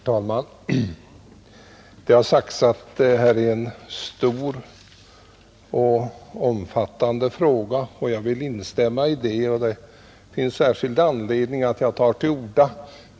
Herr talman! Det har sagts att detta är en stor och omfattande fråga och jag vill instämma i det. Det finns en särskild anledning till att jag tar till orda.